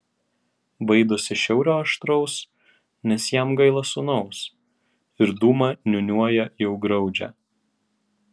baidosi šiaurio aštraus nes jam gaila sūnaus ir dūmą niūniuoja jau griaudžią